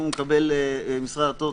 אם הוא מקבל ממשרד הדתות,